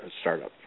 startup